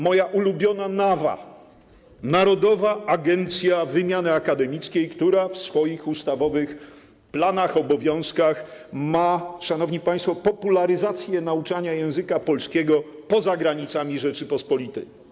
Moja ulubiona NAWA - Narodowa Agencja Wymiany Akademickiej, która w swoich ustawowych planach, obowiązkach ma, szanowni państwo, popularyzację nauczania języka polskiego poza granicami Rzeczypospolitej.